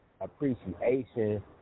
appreciation